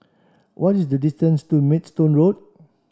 what is the distance to Maidstone Road